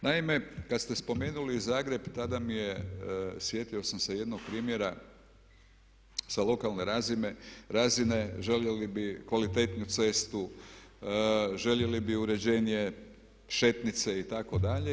Naime, kad ste spomenuli Zagreb tada mi je, sjetio sam se jednog primjera sa lokalne razine, željeli bi kvalitetniju cestu, željeli bi uređenje šetnice itd.